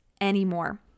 anymore